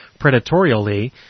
predatorially